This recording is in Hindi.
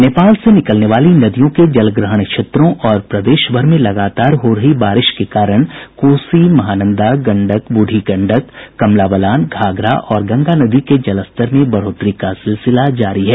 नेपाल से निकलने वाली नदियों के जलग्रहण क्षेत्रों और प्रदेशभर में लगातार हो रही बारिश के कारण कोसी महानंदा गंडक ब्रढ़ी गंडक कमला बलान घाघरा और गंगा नदी के जलस्तर में बढ़ोतरी का सिलसिला जारी है